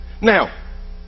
Now